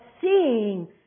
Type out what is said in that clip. seeing